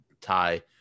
tie